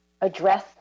address